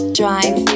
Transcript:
drive